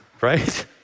right